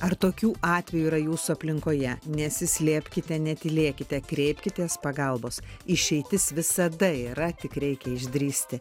ar tokių atvejų yra jūsų aplinkoje nesislėpkite netylėkite kreipkitės pagalbos išeitis visada yra tik reikia išdrįsti